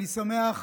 אני שמח,